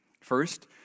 first